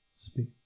speak